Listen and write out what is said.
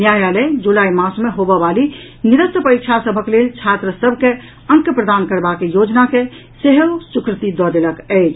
न्यायाल जुलाई मास मे होबय वाली निरस्त परीक्षा सभक लेल छात्र सभ के अंक प्रदान करबाक योजना के सेहो स्वीकृति दऽ देलक अछि